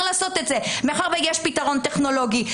לעשות את זה וזה כאשר יש פתרון טכנולוגי?